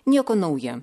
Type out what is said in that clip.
nieko nauja